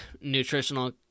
nutritional